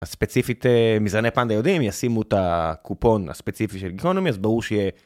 הספציפית מזרני פנדה יודעים יסימו את הקופון הספציפי של גיקונומי אז ברור שיהיה.